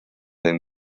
den